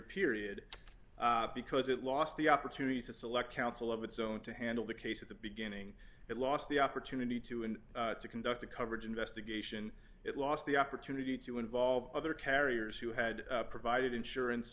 period because it lost the opportunity to select counsel of its own to handle the case at the beginning it lost the opportunity to and to conduct a coverage investigation it lost the opportunity to involve other carriers who had provided insurance